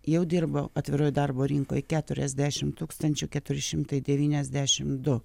jau dirbo atviroj darbo rinkoj keturiasdešimt tūkstančių keturi šimtai devyniasdešimt du